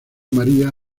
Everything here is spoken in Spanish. maría